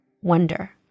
wonder